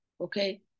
Okay